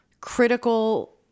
critical